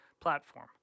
platform